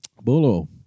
Bolo